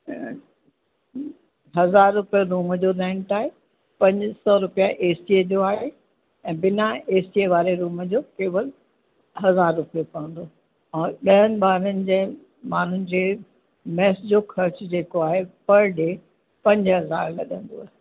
हज़ार रुपयो रूम जो रेंट आहे पंज सौ रुपया ए सी जो आहे ऐं बिना एसीअ वारे रूम जो केवल हज़ार रुपयो पवंदो और ॾहनि ॿारनि जा माण्हुनि जे मेस जो ख़र्चु जेको आहे पर डे पंज हज़ार लॻंदव